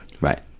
Right